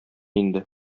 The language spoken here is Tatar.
инде